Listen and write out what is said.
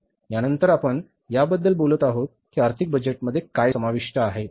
यानंतर आपण याबद्दल बोलत आहोत की आर्थिक बजेटमध्ये काय समाविष्ट आहे